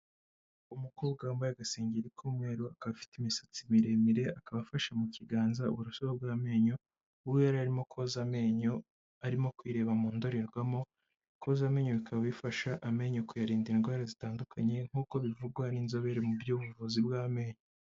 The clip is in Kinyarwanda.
Umukobwa wambaye agasengeri k'umweru, akaba afite imisatsi miremire akaba afashe mu kiganza uburoso bw'amenyo, we yari arimo koza amenyo arimo kwireba mu ndorerwamo, koza amenyo bikaba bifasha amenyo kuyarinda indwara zitandukanye, nk'uko bivugwa n'inzobere mu by'ubuvuzi bw'amenyo.